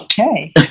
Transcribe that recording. Okay